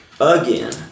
Again